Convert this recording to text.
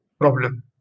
problem